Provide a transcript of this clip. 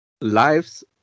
Lives